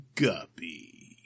Guppy